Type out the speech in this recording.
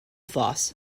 voss